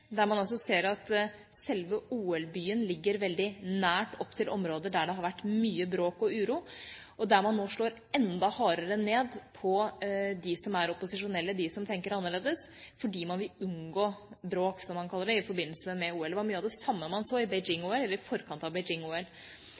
der man ser at selve OL-byen ligger veldig nært opp til områder der det har vært mye bråk og uro. Der slår man nå enda hardere ned på de opposisjonelle, de som tenker annerledes, fordi man vil unngå bråk, som man kaller det, i forbindelse med OL. Det var mye av det samme man så i